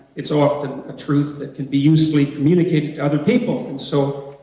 it's often a truth that can be usefully communicated to other people. and so,